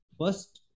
first